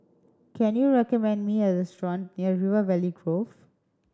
can you recommend me a restaurant near River Valley Grove